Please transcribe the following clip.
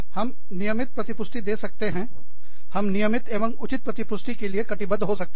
हम नियमित प्रति पुष्टि दे सकते हैं हम नियमित एवं उचित प्रति पुष्टि के लिए कटिबद्ध हो सकते हैं